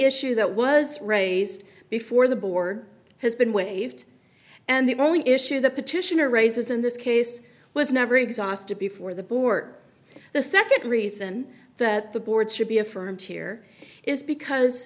issue that was raised before the board has been waived and the only issue the petitioner raises in this case was never exhausted before the board the nd reason that the board should be affirmed here is because